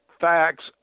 facts